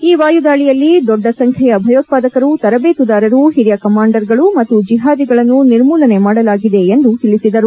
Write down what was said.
ಈ ವಾಯುದಾಳಿಯಲ್ಲಿ ದೊಡ್ಡ ಸಂಖ್ಯೆಯ ಭಯೋತಾದಕರು ತರಬೇತುದಾರರು ಹಿರಿಯ ಕಮಾಂಡರ್ಗಳು ಮತ್ತು ಜೆಹಾದಿಗಳನ್ನು ನಿರ್ಮೂಲನೆ ಮಾಡಲಾಗಿದೆ ಎಂದು ತಿಳಿಸಿದರು